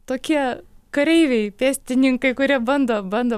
tokie kareiviai pėstininkai kurie bando bando